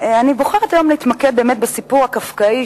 אני בוחרת היום להתמקד בסיפור הקפקאי,